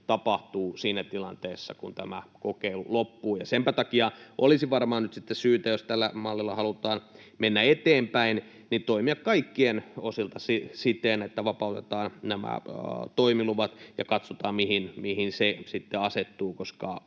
tapahtuu siinä tilanteessa, kun tämä kokeilu loppuu. Senpä takia olisi varmaan nyt sitten syytä, jos tällä mallilla halutaan mennä eteenpäin, toimia kaikkien osalta siten, että vapautetaan nämä toimiluvat ja katsotaan mihin se sitten